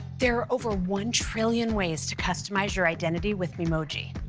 there are over one trillion ways to customize your identity with memoji.